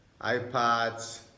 iPads